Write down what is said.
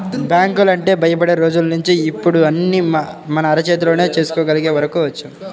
బ్యాంకులంటేనే భయపడే రోజుల్నించి ఇప్పుడు అన్నీ మన అరచేతిలోనే చేసుకోగలిగే వరకు వచ్చాం